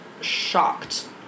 shocked